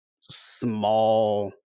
small